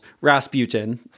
Rasputin